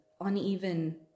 uneven